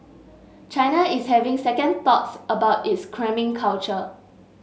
China is having second thoughts about its cramming culture